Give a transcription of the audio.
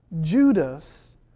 Judas